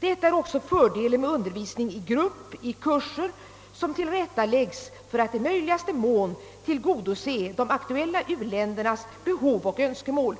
Detta är också fördelen med undervisning i grupp i kurser som tillrättaläggs för att i möjligaste mån tillgodose de aktuella u-ländernas behov och önskemål.